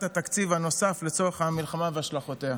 התקציב הנוסף לצורך המלחמה והשלכותיה.